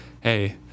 Hey